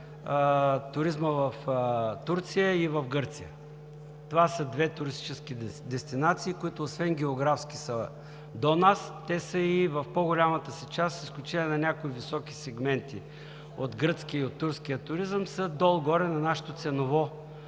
туризма в Турция и в Гърция. Това са две туристически дестинации, които освен че географски са до нас, те са и в по-голямата си част – с изключение на някои високи сегменти от гръцкия и от турския туризъм, са долу-горе на нашето ценово